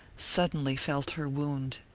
suddenly felt her wound.